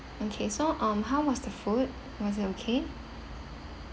okay so um how was the food was it okay